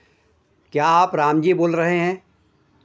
क्या आप राम जी बोल रहे हैं